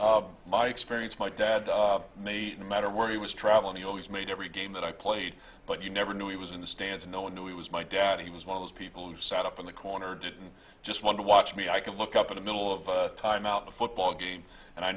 me no matter where he was traveling he always made every game that i played but you never knew he was in the stands no one knew he was my dad he was one of those people who sat up in the corner didn't just want to watch me i could look up in the middle of timeout the football game and i